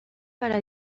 para